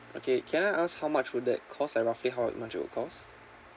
okay can I ask how much will that cost like roughly how much it would cost